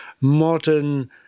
modern